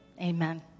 amen